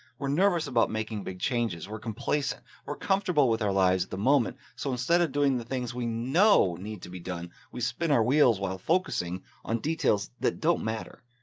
we're nervous about making big changes. we're complacent or comfortable with our lives at the moment. so instead of doing the things we know need to be done, we spin our wheels while focusing on details that don't matter.